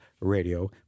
radio